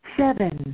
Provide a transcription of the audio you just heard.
seven